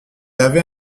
avait